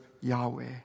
Yahweh